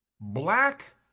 black